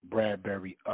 Bradbury